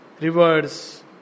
Rivers